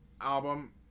album